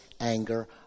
anger